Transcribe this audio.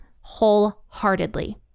wholeheartedly